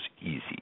easy